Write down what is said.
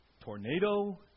tornado